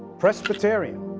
presbyterian,